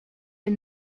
est